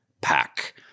Pack